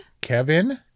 Kevin